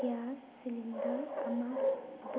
gas cylinder ꯑꯃ book ꯇꯧ